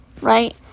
Right